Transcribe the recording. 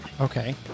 Okay